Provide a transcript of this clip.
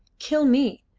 kill me!